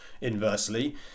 Inversely